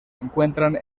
encuentran